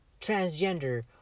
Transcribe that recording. transgender